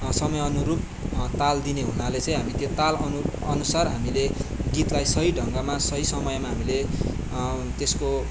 समयअनुरूप ताल दिने हुनाले चाहिँ त्यो तालअनुसार हामीले गीतलाई सही ढङ्गमा सही समयमा हामीले त्यसको